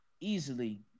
easily